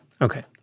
Okay